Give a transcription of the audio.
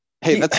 Hey